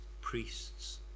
priests